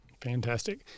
Fantastic